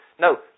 No